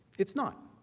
it is not.